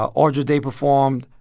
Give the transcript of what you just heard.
ah ah andra day performed.